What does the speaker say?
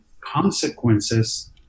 consequences